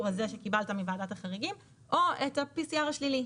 הזה שקיבלת מוועדת החריגים או את ה-PCR השלילי.